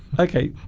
okay